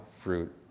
fruit